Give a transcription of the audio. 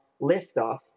liftoff